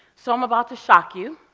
so i'm about to shock you.